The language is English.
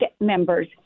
members